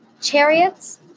chariots